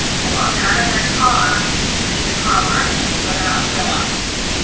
they walk out of their car and leave their car running without realizing it.